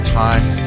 time